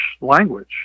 language